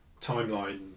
timeline